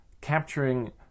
capturing